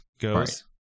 goes